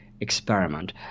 experiment